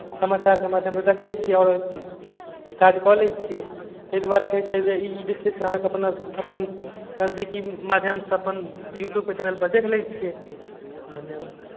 निमेरे कयलहुँ खाइए लगलहुँ तीन बेर चारि बेर खाइए लऽ देलहुँ तीन चारि बेर मालेके सानी लगेलहुँ तीन चारि बेर पानिए पिएलहुँ देखबैत रहै छियै अपन ओतबे कालमे पड़ल रहैत छी बैसल रहैत छी धयने रहैत छी आओर की करब